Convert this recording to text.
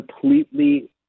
completely